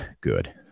Good